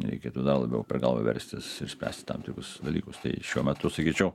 nereikėtų dar labiau per galvą verstis ir spręsti tam tikrus dalykus tai šiuo metu sakyčiau